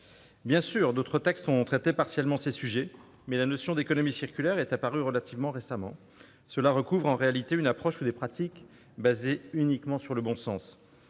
Bien sûr, d'autres textes ont traité partiellement ces sujets, mais la notion d'économie circulaire est apparue relativement récemment. Cette notion recouvre en réalité une approche ou des pratiques basées uniquement sur le bon sens.